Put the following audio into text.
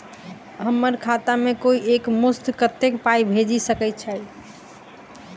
हम्मर खाता मे कोइ एक मुस्त कत्तेक पाई भेजि सकय छई?